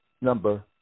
number